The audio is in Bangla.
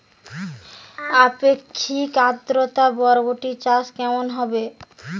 আপেক্ষিক আদ্রতা বরবটি চাষ কেমন হবে?